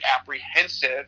apprehensive